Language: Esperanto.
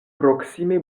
proksime